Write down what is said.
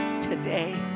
today